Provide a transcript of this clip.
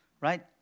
right